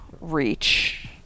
reach